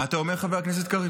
מה אתה אומר, חבר הכנסת קריב?